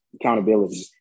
accountability